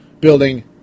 building